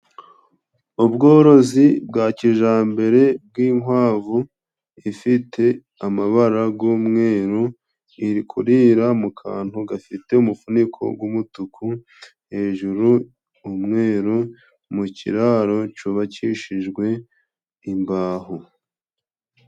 Ubworozi bwa kijyambere bw'inkwavu, ifite amabara y'umweru iri kurira, mu kantu gafite umufuniko w'umutuku, hejuru umweru, mu kiraro cyubakishijwe imbaho.